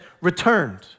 returned